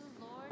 Lord